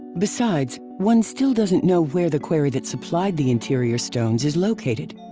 besides, one still doesn't know where the quarry that supplied the interior stones is located?